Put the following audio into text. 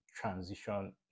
transition